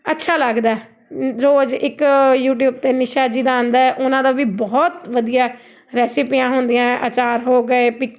ਅੱਛਾ ਲੱਗਦਾ ਰੋਜ਼ ਇੱਕ ਯੂਟਿਊਬ 'ਤੇ ਨਿਸ਼ਾ ਜੀ ਦਾ ਆਉਂਦਾ ਉਹਨਾਂ ਦਾ ਵੀ ਬਹੁਤ ਵਧੀਆ ਰੈਸਪੀਆ ਹੁੰਦੀਆਂ ਅਚਾਰ ਹੋ ਗਏ ਪਿਕ